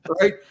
right